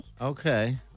Okay